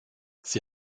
sie